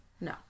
No